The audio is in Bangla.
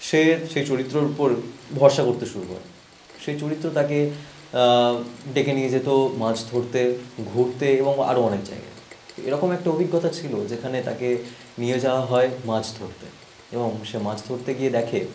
সে সেই চরিত্রর উপর ভরসা করতে শুরু করে সেই চরিত্র তাকে ডেকে নিয়ে যেত মাছ ধরতে ঘুরতে এবং আরো অনেক জায়গায় এরকম একটা অভিজ্ঞতা ছিলো যেখানে তাকে নিয়ে যাওয়া হয় মাছ ধরতে এবং সে মাছ ধরতে গিয়ে দেখে